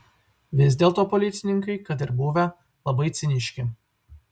vis dėlto policininkai kad ir buvę labai ciniški